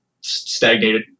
stagnated